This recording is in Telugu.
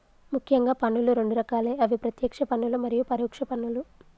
ముఖ్యంగా పన్నులు రెండు రకాలే అవి ప్రత్యేక్ష పన్నులు మరియు పరోక్ష పన్నులు